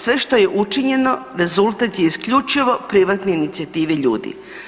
Sve što je učinjeno rezultat je isključivo privatne inicijative ljudi.